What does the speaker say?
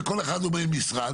וכל אחד אומר משרד.